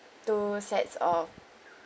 two sets of